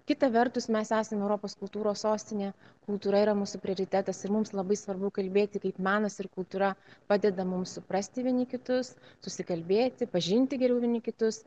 kita vertus mes esame europos kultūros sostinė kultūra yra mūsų prioritetas ir mums labai svarbu kalbėti kaip menas ir kultūra padeda mums suprasti vieni kitus susikalbėti pažinti geriau vieni kitus